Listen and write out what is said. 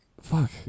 fuck